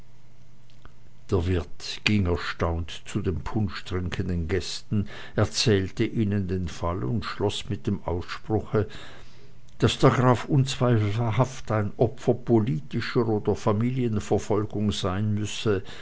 der wirt ging erstaunt zu den punsch trinkenden gästen erzählte ihnen den fall und schloß mit dem ausspruche daß der graf unzweifelhaft ein opfer politischer oder der familienverfolgung sein müsse